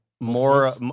more